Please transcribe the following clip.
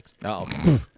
No